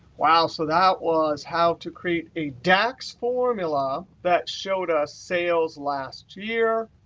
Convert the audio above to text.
wow. so that was how to create a dax formula that showed us sales last year,